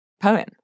poem